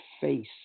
face